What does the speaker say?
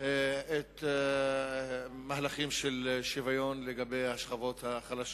את המהלכים של שוויון לגבי השכבות החלשות.